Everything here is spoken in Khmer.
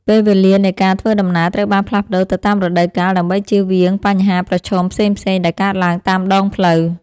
ពេលវេលានៃការធ្វើដំណើរត្រូវបានផ្លាស់ប្តូរទៅតាមរដូវកាលដើម្បីជៀសវាងបញ្ហាប្រឈមផ្សេងៗដែលកើតឡើងតាមដងផ្លូវ។